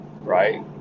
Right